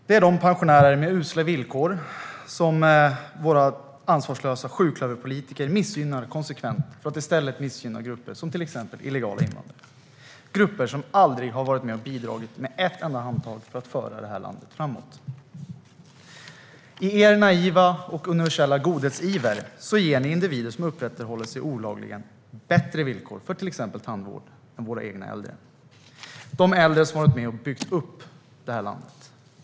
Det handlar om pensionärer med usla villkor som de ansvarslösa sjuklöverpolitikerna konsekvent missgynnar för att i stället gynna grupper såsom illegala invandrare - grupper som aldrig med ett enda handtag har varit med och bidragit för att föra detta land framåt. I er naiva och universella godhetsiver ger ni individer som uppehåller sig här olagligen bättre villkor för exempelvis tandvård än vad våra egna äldre har - de äldre som har varit med och byggt upp landet.